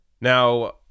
Now